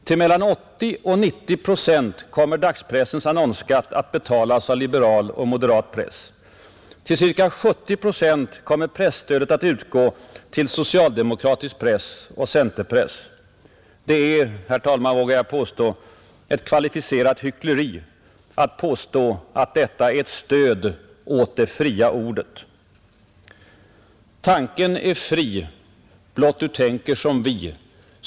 Till mellan 80 och 90 procent kommer dagspressens annonsskatt att betalas av liberal och moderat press, Till ca 70 procent kommer presstödet att utgå till socialdemokratisk press och centerpress. Det är, vågar jag säga, kvalificerat hyckleri att påstå att detta är ett stöd till det fria ordet. ”Tanken är fri, blott Du tänker som vi.